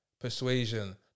persuasion